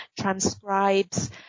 transcribes